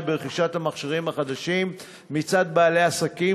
ברכישת המכשירים החדשים מצד בעלי העסקים,